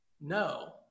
No